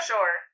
Sure